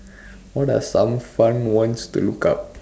what are some fun ones to look up